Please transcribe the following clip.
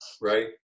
right